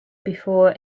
before